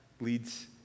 leads